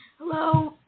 Hello